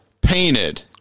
painted